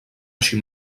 així